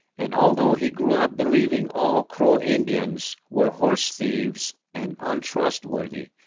and although he grew up believing all crow indians were horse thieves and untrustworthy,